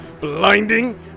blinding